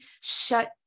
shut